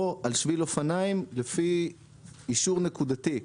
או על שביל אופניים לפי אישור נקודתי.